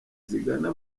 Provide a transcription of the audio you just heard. zigana